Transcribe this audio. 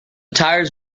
tires